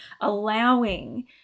allowing